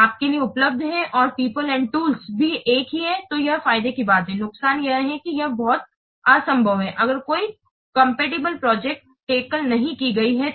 आपके लिए उपलब्ध हैं औरपीपल एंड टूल्स भी एक ही हैं तो यह फायदे की बात होगी नुकसान यह है कि यह बहुत असंभव है अगर कोई कम्पेटिबल प्रोजेक्ट टैकल नहीं की गई है तो